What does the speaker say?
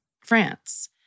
France